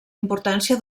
importància